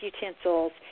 utensils